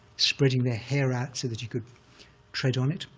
spreading their hair out so that he could tread on it.